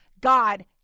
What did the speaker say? God